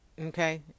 Okay